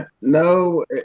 No